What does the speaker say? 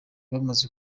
bamaze